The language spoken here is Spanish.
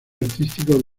artístico